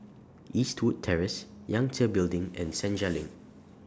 Eastwood Terrace Yangtze Building and Senja LINK